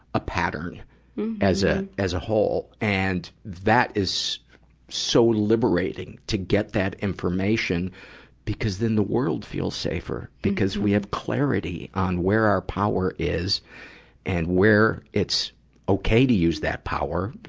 a pattern as a, as a whole. and that is so liberating, to get that information because then the world feels safer, because we have clarity on where our power is and where it's okay to use that power,